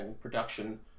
production